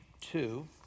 two